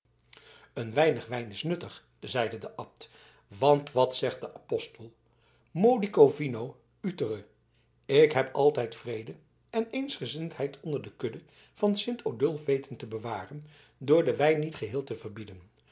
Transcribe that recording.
een weinig wijns is nuttig zeide de abt want wat zegt de apostel modico vino utere en ik heb altijd vrede en eensgezindheid onder de kudde van sint odulf weten te bewaren door den wijn niet geheel te verbieden